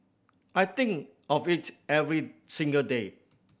I think of it every single day